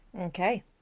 okay